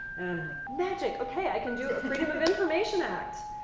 magic, okay, i can do freedom of information act.